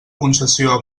concessió